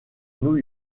new